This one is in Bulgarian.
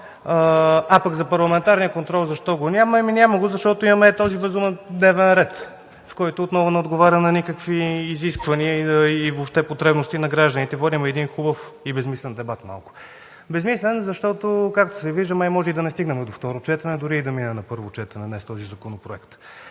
го няма парламентарния контрол? Няма го, защото имаме този безумен дневен ред, който отново не отговаря на никакви изисквания и въобще потребности на гражданите. Водим един хубав и малко безсмислен дебат. Безсмислен е, защото, както се вижда, май може и да не стигнем до второ четене, дори и да мине на първо четене този законопроект.